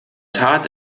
tat